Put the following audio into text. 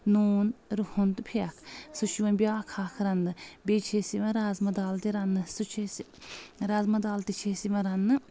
نوٗن رُہن تہٕ پھیکھ سُہ چھُ یِوان بیاکھ ہاکھ رَننہٕ بیٚیہِ چھِ أسۍ یِوان رازما دال تہِ رَننہٕ سُہ چھِ أسۍ رازما دال تہِ چھِ أسۍ یِوان رننہٕ